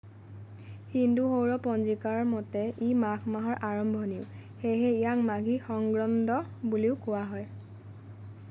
হিন্দু সৌৰ পঞ্জিকাৰ মতে ই মাঘ মাহৰ আৰম্ভণিও সেয়েহে ইয়াক 'মাঘী সংগ্ৰন্দ' বুলিও কোৱা হয়